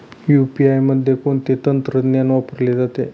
UPI मध्ये कोणते तंत्रज्ञान वापरले जाते?